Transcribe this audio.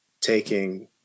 taking